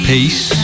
Peace